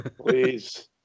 Please